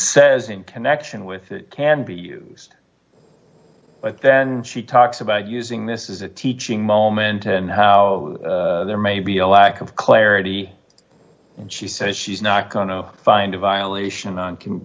says in connection with it can be used but then she talks about using this as a teaching moment and how there may be a lack of clarity and she says she's not going to find a violation on